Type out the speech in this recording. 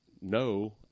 no